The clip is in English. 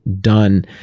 done